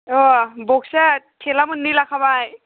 अ' बक्सआ थेला मोननै लाखाबाय